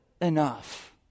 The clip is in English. enough